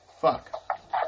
Fuck